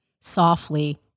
softly